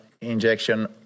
injection